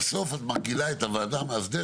אבל בסוף את מרגילה את הוועדה המאסדרת,